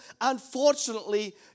unfortunately